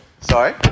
Sorry